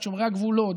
את שומרי הגבולות,